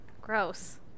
Gross